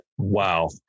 Wow